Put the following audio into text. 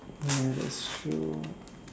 ya that's true